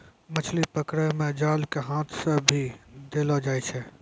मछली पकड़ै मे जाल के हाथ से भी देलो जाय छै